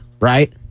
right